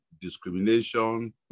discrimination